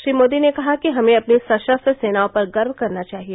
श्री मोदी ने कहा कि हमें अपनी सशस्त्र सेनाओं पर गर्व करना चाहिए